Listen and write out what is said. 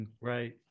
Right